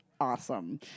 Awesome